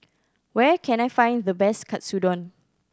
where can I find the best Katsudon